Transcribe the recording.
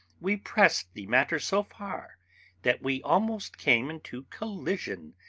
we pressed the matter so far that we almost came into collision,